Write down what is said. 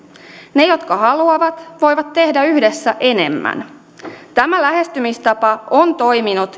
ne jotka haluavat voivat tehdä yhdessä enemmän tämä lähestymistapa on toiminut